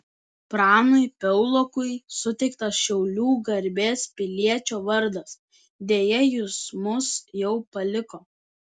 pranui piaulokui suteiktas šiaulių garbės piliečio vardas deja jis mus jau paliko